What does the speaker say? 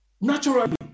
Naturally